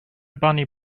bunny